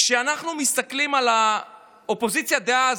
כשאנחנו מסתכלים על האופוזיציה דאז,